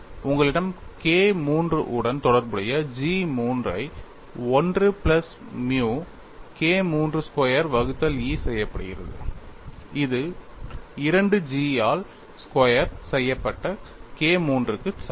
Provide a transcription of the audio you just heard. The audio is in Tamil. உங்களிடம் K III உடன் தொடர்புடைய G III ஐ 1 plus mu K III square வகுத்தல் E செய்யப்படுகிறது இது 2G ஆல் ஸ்கொயர் செய்யப்பட்ட K III க்கு சமம்